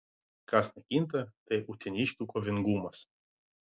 kas nekinta tai uteniškių kovingumas